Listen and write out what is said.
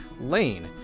Lane